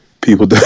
people